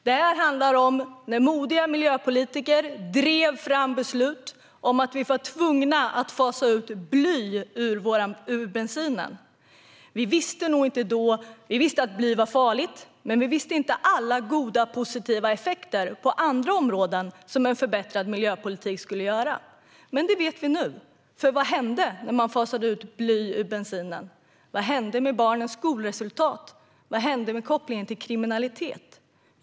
Det handlar om när modiga miljöpolitiker drev fram beslut om att vi var tvungna att fasa ut bly ur bensinen. Vi visste att bly var farligt, men vi visste inte om alla de goda, positiva effekter på andra områden som en förbättrad miljöpolitik skulle ge. Men det vet vi nu, för vad hände när man fasade ut bly ur bensinen? Vad hände med barnens skolresultat? Vad hände med kopplingen till kriminalitet?